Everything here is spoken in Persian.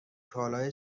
کالای